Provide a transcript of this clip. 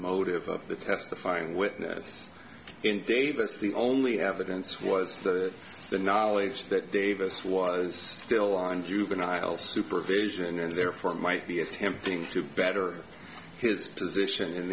motive of the testifying witness and davis the only evidence was that the knowledge that davis was still on juvenile supervision and therefore might be attempting to better his position in